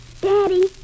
Daddy